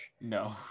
No